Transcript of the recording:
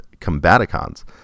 Combaticons